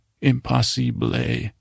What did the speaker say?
impossible